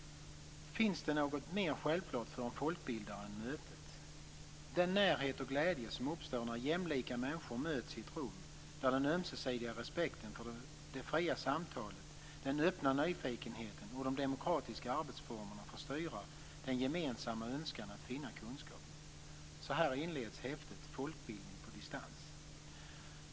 "Finns det något mer självklart för en folkbildare än mötet? Den närhet och glädje som uppstår när jämlika människor möts i ett rum där den ömsesidiga respekten, det fria samtalet, den öppna nyfikenheten och de demokratiska arbetsformerna får styra den gemensamma önskan att finna kunskap?" Så inleds häftet Folkbildning på distans.